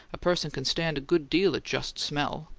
a person can stand a good deal of just smell.